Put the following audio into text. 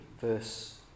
verse